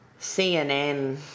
CNN